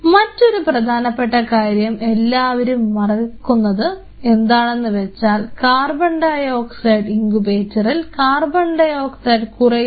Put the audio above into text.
മറ്റൊരു പ്രധാനപ്പെട്ട കാര്യം എല്ലാവരും മറക്കുന്നത് എന്താണെന്ന് വെച്ചാൽ കാർബൺഡയോക്സൈഡ് ഇങ്കുബേറ്ററിൽ കാർബൺഡയോക്സൈഡ് കുറയുന്നത്